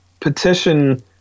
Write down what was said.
petition